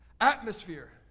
Atmosphere